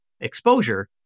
exposure